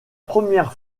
première